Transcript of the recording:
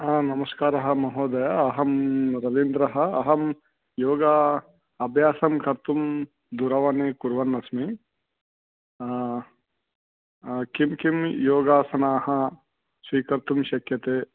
आं नमस्कारः महोदय अहं रवीन्द्रः अहं योग अभ्यासं कर्तुं दूरवाणीं कुर्वन् अस्मि किं किं योगासनानि स्वीकर्तुं शक्यन्ते